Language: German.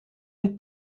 mit